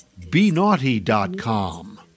benaughty.com